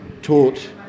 taught